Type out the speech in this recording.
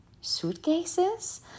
suitcases